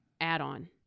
add-on